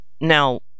Now